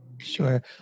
Sure